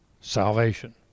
salvation